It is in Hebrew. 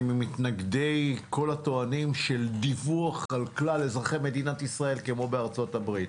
אני ממתנגדי דיווח על כלל אזרחי מדינת ישראל כמו בארצות הברית.